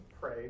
pray